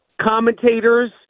commentators